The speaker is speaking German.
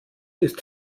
ist